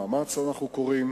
מה שאנחנו קוראים